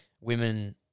women